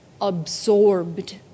absorbed